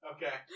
Okay